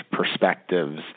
perspectives